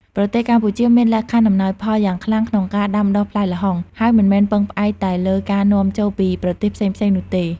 ប្រទេសកម្ពុជាមានលក្ខខណ្ឌអំណោយផលយ៉ាងខ្លាំងក្នុងការដាំដុះផ្លែល្ហុង ហើយមិនមែនពឹងផ្អែកតែលើការនាំចូលពីប្រទេសផ្សេងៗនោះទេ។